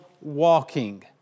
walking